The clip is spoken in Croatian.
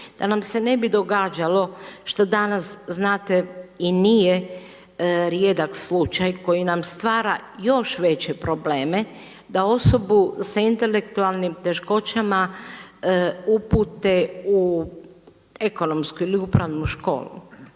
da nam se ne bi događalo što danas znate i nije rijedak slučaj koji nam stvara još veće probleme da osobu sa intelektualnim teškoćama upute u ekonomsku i upravnu školu.